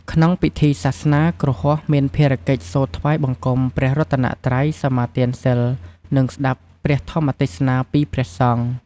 ក្នុងពិធីសាសនា គ្រហស្ថមានភារកិច្ចសូត្រថ្វាយបង្គំព្រះរតនត្រ័យ សមាទានសីល និងស្តាប់ព្រះធម្មទេសនាពីព្រះសង្ឃ។